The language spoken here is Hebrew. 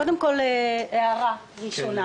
קודם כול, הערה ראשונה.